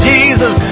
Jesus